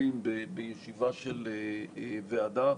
משתתפים בישיבה של ועדה.